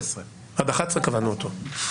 עד 11:00 קבענו אותו,